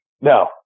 No